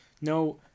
no